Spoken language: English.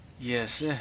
yes